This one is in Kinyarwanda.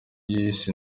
yise